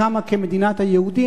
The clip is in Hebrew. שקמה כמדינת היהודים,